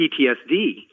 PTSD